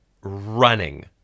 running